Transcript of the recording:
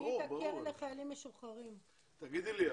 ברור, ברור.